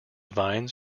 vines